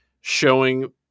showing